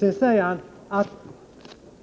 Vidare säger Stig Alftin att